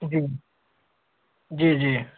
जी जी जी